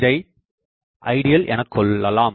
இதை ஐடியல் என கொள்ளலாம்